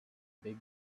big